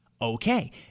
Okay